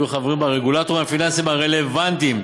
ויהיו חברים בה הרגולטורים הפיננסיים הרלוונטיים,